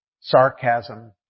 Sarcasm